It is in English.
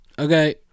Okay